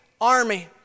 army